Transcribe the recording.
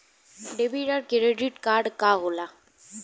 Debit या credit card का होला?